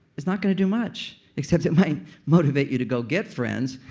is not gonna do much, except it might motivate you to go get friends.